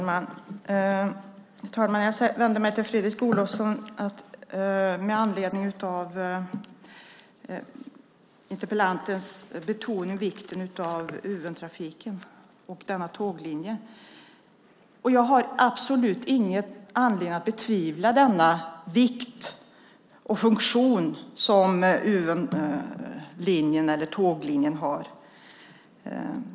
Herr talman! Jag vänder mig till Fredrik Olovsson med anledning av interpellantens betoning av vikten av Uventrafiken och denna tåglinje. Jag har absolut ingen anledning att betvivla denna vikt och funktion som Uvenlinjen har.